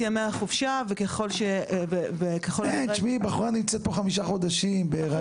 ימי החופשה וככל שיידרש --- אבל בחורה נמצאת פה חמישה חודשים בהריון.